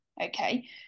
okay